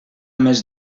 més